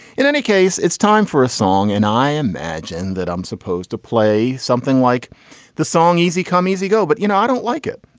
in any case, it's time for a song. and i imagine that i'm supposed to play something like the song. easy come, easy go. but you know, i don't like it.